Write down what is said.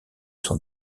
son